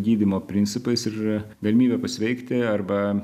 gydymo principais ir yra galimybė pasveikti arba